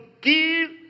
give